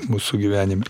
mūsų gyvenime